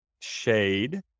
Shade